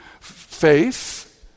Faith